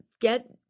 get